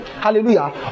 Hallelujah